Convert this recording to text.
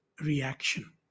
reaction